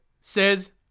says